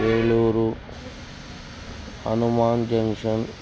Eluru Hanuman junction